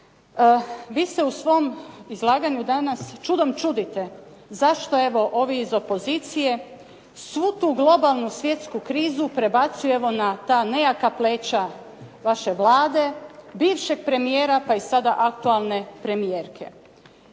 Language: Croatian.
vi se u svom izlaganju danas čudom čudite, zašto evo ovi iz opozicije svu tu globalnu svjetsku krizu prebacujemo na ta nejaka pleća vaše Vlade, bivšeg premijera pa i sada aktualne premijerke.